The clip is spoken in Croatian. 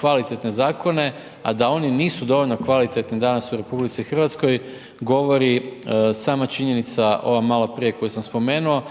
kvalitetne zakone a da oni nisu dovoljno kvalitetni danas u RH govori sama činjenica ova malo prije koju sam spomenuo